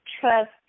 trust